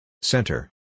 Center